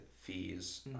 fees